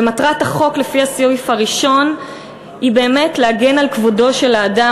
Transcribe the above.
ומטרת החוק לפי הסעיף הראשון היא באמת להגן על כבודו של האדם,